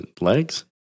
legs